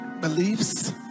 beliefs